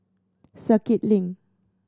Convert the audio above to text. Circuit Link